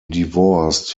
divorced